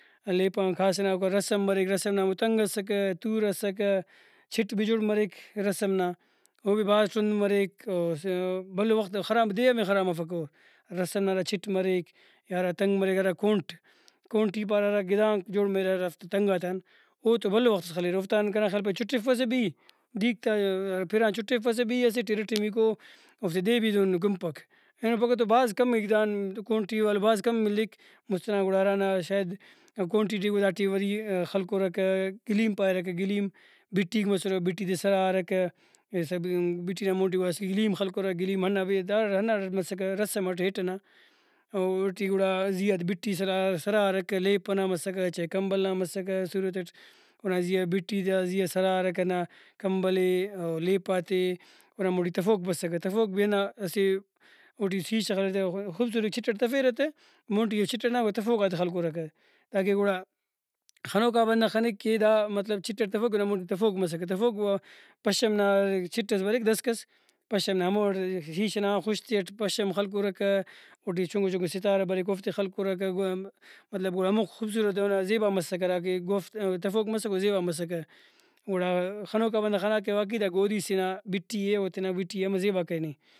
لیپان کھاس ئنا اوکا رسم بریک رسم نا ہمو تنگ اسکہ تور اسکہ چِٹ بھی جوڑ مریک رسم نا اوبھی بھاز ٹرند مریک اور بھلو وخت خراب دے آن بھی مفک او۔ رسم نا ہراچٹ مریک یا ہراتنگ مریک ہرا کھونٹ کھونٹی پارہ ہرا گدانک جوڑ مریرہ ہرافتے تنگاتان اوتو بھلو وختس خلیرہ اوفتا کنا خیال پائے چُٹفپسہ بھی دیرکہ پِر آن چٹفپسہ بھی اسٹ ارٹمیکو اوفتے دے بھی دہن کُنپک اینو پھگہ تو بھاز کمے گدان تو کھونٹی والو بھاز ملیک مُست ئنا گڑا ہرانا شاہد کھونٹی ٹی گڑا دا ٹیوری ئے خلکرکہ گلیم پاریرکہ گلیم بٹیک مسرہ بٹی تے سرارکہ بٹی نا مون ٹی گڑا اسیکہ گلیم خلکرہ گلیم ئنا داڑا ہنداڑٹ مسکہ رسم اٹ ہیٹ ئنا اوٹی گڑا زیہا تہ بٹیس ہرا سرارکہ لیپ ئنا مسکہ چائے کمبل نا مسکہ صورت اونا زیہا بٹی تا زیہا سرارکہ ہنا کمبل ئے او لیپاتے اونا مون ٹی تفوک بسکہ تفوک بھی ہندا اسہ اوٹی شیشہ خلیسہ خوبصورتی کہ چٹ اٹ تفیرہ تہ مون ٹی چٹ نا وا تفوکاتے خلکرکہ تاکہ گڑا خنوکا بندغ خنہ کہ دا مطلب چٹ ئٹ تفوک اونا مون ٹی تفوک مسکہ تفوک وا پشم نا چھٹ ئس بریک دسک پشم نا ہموڑے شیشہ نا خُش تیٹ پشم خلکرکہ اوٹی چُنکو چُنکو ستارہ بریک اوفتے خلکُرکہ گڑا مطلب گڑا ہموخہ خوبصورت اونا زیبا مسکہ ہراکہ گوفت تفوک مسکہ او زیبا مسکہ ۔گڑا خنوکا بندغ خناکہ واقعی دا گودی سے نا بِٹی اے اوتینا بِٹی اے ہمہ زیبا کرینے